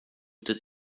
that